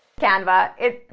canva, it,